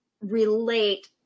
relate